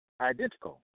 identical